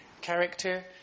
character